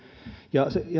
ja